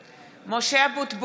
(קוראת בשמות חברי הכנסת) משה אבוטבול,